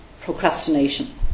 procrastination